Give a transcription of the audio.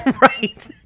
Right